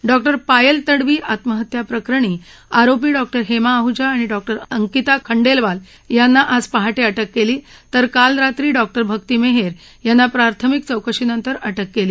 doctor Payal Tadvi आत्महत्या प्रकरणी आरोपी डॉक्टर हेमा अहजा आणि डॉक्टर अंकिता खंडेलवाल यांना आज पहा अ क्र केली तर काल रात्री डॉक्टर भक्ती मेहेर यांना प्राथमिक चौकशी नंतर अ क्रे केली